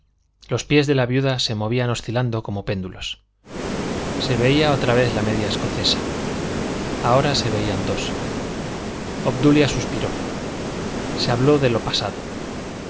los pies de la viuda se movían oscilando como péndulos se veía otra vez la media escocesa ahora se veían dos obdulia suspiró se habló de lo pasado